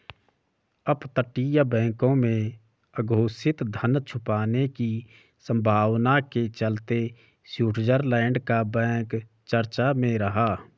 अपतटीय बैंकों में अघोषित धन छुपाने की संभावना के चलते स्विट्जरलैंड का बैंक चर्चा में रहा